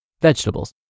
Vegetables